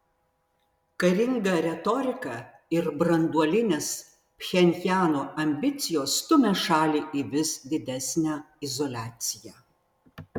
karinga retorika ir branduolinės pchenjano ambicijos stumia šalį į vis didesnę izoliaciją